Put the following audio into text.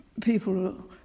people